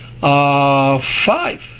five